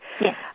Yes